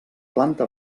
planta